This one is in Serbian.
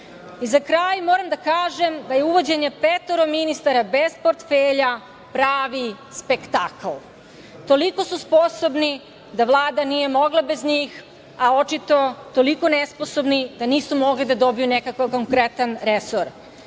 kraj, moram da kažem da je uvođenje petoro ministara bez portfelja pravi spektakl. Toliko su sposobni da Vlada nije mogla bez njih, a očito toliko nesposobni da nisu mogli da dobiju nekakav konkretan resor.